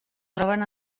troben